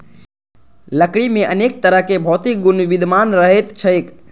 लकड़ी मे अनेक तरहक भौतिक गुण विद्यमान रहैत छैक